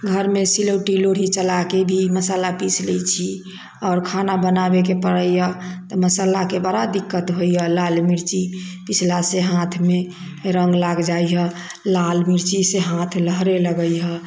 घरमे सिलौटी लोढ़ी चलाए के भी मशाला पीस लै छी आओर खाना बनाबे के परैया तऽ मशाला के बड़ा दिक्कत होइया लाल मिर्ची पीसला से हाथ मे रंग लागि जाइया लाल मिर्ची से हाथ लहरे लगैया